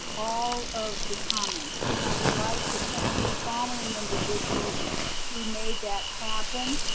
all of the comments, and i would like to thank the following individuals who made that happen,